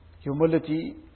humility